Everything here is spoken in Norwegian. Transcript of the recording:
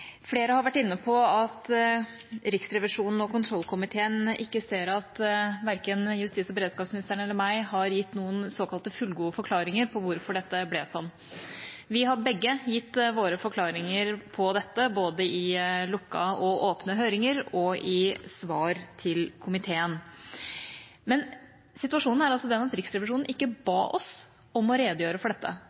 Flere har vært inne på at Riksrevisjonen og kontrollkomiteen ikke ser at verken justis- og beredskapsministeren eller jeg har gitt noen såkalt fullgode forklaringer på hvorfor dette ble sånn. Vi har begge gitt våre forklaringer på dette, både i lukkede og åpne høringer og i svar til komiteen. Men situasjonen er altså den at Riksrevisjonen ikke ba oss om å redegjøre for dette.